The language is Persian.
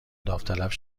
داوطلب